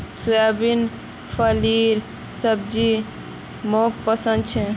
soybean फलीर सब्जी मोक पसंद छे